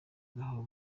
gukora